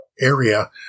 area